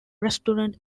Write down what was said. restaurant